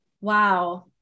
Wow